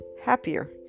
happier